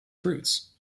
fruits